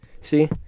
See